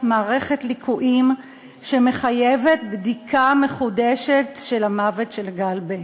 מערכת ליקויים שמחייבת בדיקה מחודשת של המוות של גל בק,